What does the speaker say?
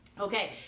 Okay